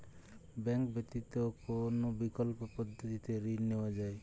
Bank ব্যতিত কোন বিকল্প পদ্ধতিতে ঋণ নেওয়া যায়?